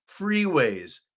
freeways